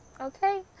okay